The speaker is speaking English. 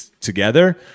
together